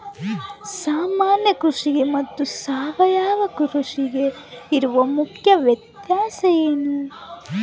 ಸಾಮಾನ್ಯ ಕೃಷಿಗೆ ಮತ್ತೆ ಸಾವಯವ ಕೃಷಿಗೆ ಇರುವ ಮುಖ್ಯ ವ್ಯತ್ಯಾಸ ಏನು?